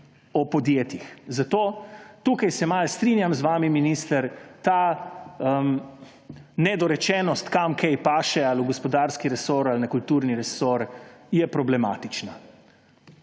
o podjetjih. Zato tukaj se malo strinjam z vami, minister, ta nedorečenost, kam kaj spada, ali v gospodarski resor ali na kulturni resor, je problematična.